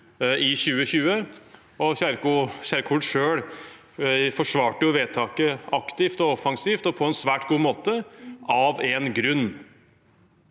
i 2020, og Kjerkol forsvarte jo selv vedtaket aktivt og offensivt og på en svært god måte – av en grunn.